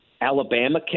Alabama